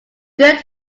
good